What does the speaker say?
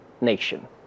Nation